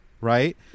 Right